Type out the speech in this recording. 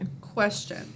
Question